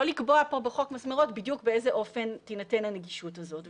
לא לקבוע פה בחוק מסמרות בדיוק באיזה אופן תינתן הנגישות הזאת.